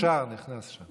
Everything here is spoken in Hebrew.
המוכש"ר נכנס שם.